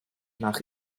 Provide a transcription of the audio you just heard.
nach